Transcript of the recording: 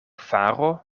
faro